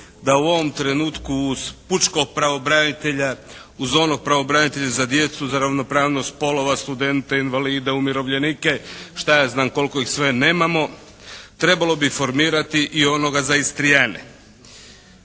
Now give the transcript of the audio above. da u ovom trenutku uz pučkog pravobranitelja, uz onog pravobranitelja za djecu, ravnopravnost spolova, studente, invalide, umirovljenike, šta ja znam koliko ih sve nemamo trebalo bi formirati i onoga za Istriane.